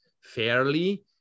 fairly